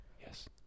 Yes